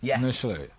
initially